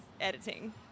editing